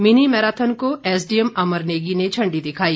mini marathon को SDM Amar Negi ने झंडी दिखाई